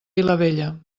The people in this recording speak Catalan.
vilavella